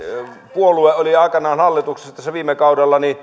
puolue oli aikoinaan hallituksessa viime kaudella